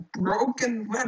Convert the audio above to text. broken